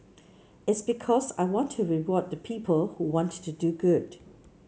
it's because I want to reward the people who want to do good